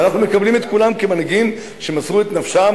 אנחנו מקבלים את כולם כמנהיגים שמסרו את נפשם